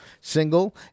single